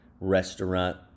restaurant